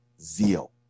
zeal